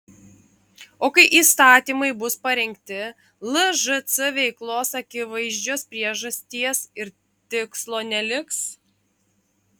o kai įstatymai bus parengti lžc veiklos akivaizdžios priežasties ir tikslo neliks